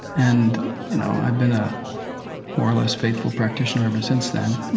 and, you know, i've been a more or less faithful practitioner ever since then